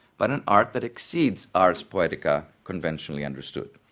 but an art that exceeds arts poetica conventionally understood.